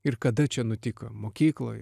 ir kada čia nutiko mokykloj